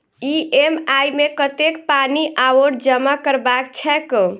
EMI मे कतेक पानि आओर जमा करबाक छैक?